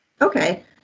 okay